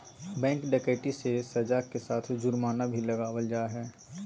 bank डकैती मे सज़ा के साथ जुर्माना भी लगावल जा हय